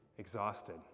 exhausted